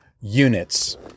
units